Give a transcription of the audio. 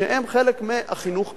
שהם חלק מהחינוך הרשמי.